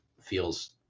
feels